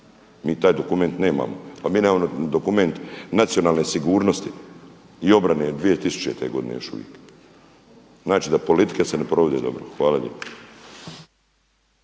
mi taj dokument nemamo. Pa mi nemamo dokument nacionalne sigurnosti i obrane, iz 2000. godine još uvijek. Znači da politika se ne provodi dobro. Hvala lijepo.